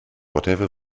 whatever